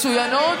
מצוינות.